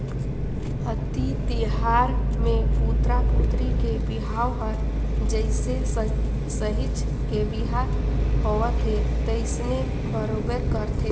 अक्ती तिहार मे पुतरा पुतरी के बिहाव हर जइसे सहिंच के बिहा होवथे तइसने बरोबर करथे